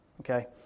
okay